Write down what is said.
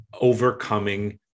overcoming